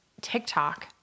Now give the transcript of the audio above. TikTok